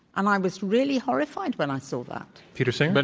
and i was really horrified when i saw that. peter singer? but